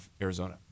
Arizona